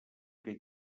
que